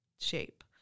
shape